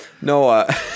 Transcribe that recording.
Noah